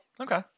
Okay